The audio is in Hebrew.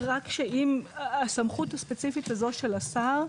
רק שאם הסמכות הספציפית הזו שלו השר,